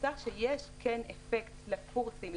נמצא שכן יש אפקט לקורסים,